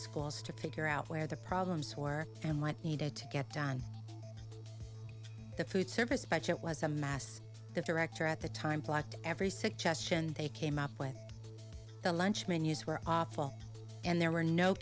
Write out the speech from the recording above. schools to figure out where the problems were and what needed to get done the food service budget was a mass the director at the time blocked every suggestion they came up with the lunch menus were awful and there were no